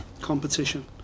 competition